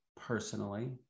personally